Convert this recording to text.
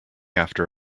after